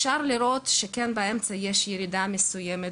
אפשר לראות שבאמצע הייתה ירידה מסוימת